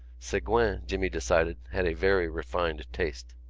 segouin, jimmy decided, had a very refined taste.